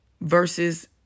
versus